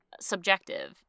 subjective